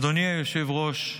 אדוני היושב-ראש,